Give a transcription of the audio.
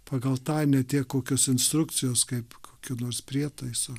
pagal tą ne tiek kokios instrukcijos kaip kokiu nors prietaisu